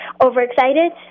overexcited